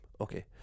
Okay